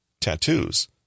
tattoos